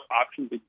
options